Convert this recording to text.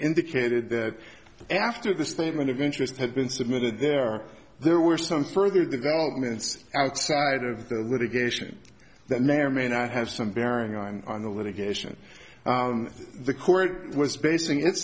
indicated that after the statement of interest had been submitted there there were some further developments outside of the litigation that may or may not have some bearing on the litigation the court was basing it